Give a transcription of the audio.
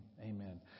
Amen